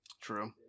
True